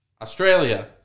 Australia